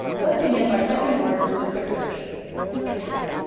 let's begin by typing a word into the quick search ecstasy.